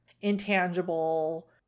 intangible